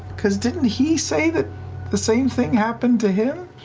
because didn't he say that the same thing happened to him?